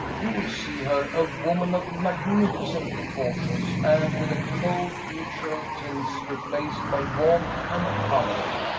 you will see her a woman of magnificent proportions and with the cold, neutral tints replaced by warmth and color.